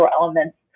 elements